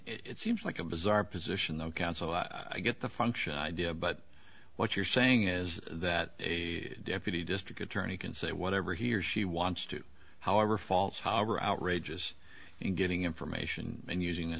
it seems like a bizarre position the counsel i get the function idea but what you're saying is that a deputy district attorney can say whatever he or she wants to however false however outrageous and getting information and using a